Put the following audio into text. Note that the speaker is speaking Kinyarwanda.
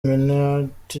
minnaert